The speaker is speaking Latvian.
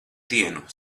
dienu